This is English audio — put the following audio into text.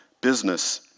business